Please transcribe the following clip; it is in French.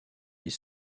est